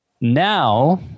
Now